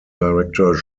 director